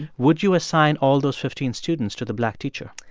would you assign all those fifteen students to the black teacher?